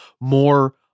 more